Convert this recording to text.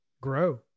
grow